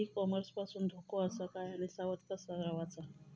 E commerce पासून धोको आसा काय आणि सावध कसा रवाचा?